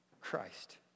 Christ